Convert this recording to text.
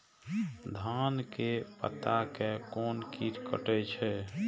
धान के पत्ता के कोन कीट कटे छे?